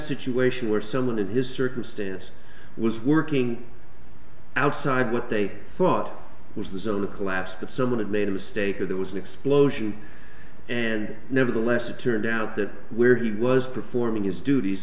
situation where someone in his circumstance was working outside what they thought was the zone to collapse that someone had made a mistake or there was an explosion and nevertheless it turned out that we're he was performing his duties